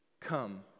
come